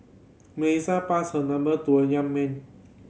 Melissa passed her number to a young man